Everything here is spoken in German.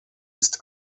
ist